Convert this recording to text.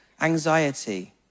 anxiety